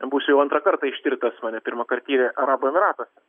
būsiu jau antrą kartą ištirtas mane pirmąkart tyrė arabų emyratuose